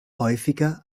häufiger